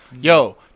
yo